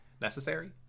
necessary